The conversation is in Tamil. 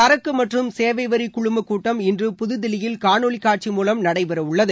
சரக்கு மற்றும் சேவை வரி குழும கூட்டம் இன்று புது தில்லியில் காணொலி காட்சி மூவம் நடைபெற உள்ளது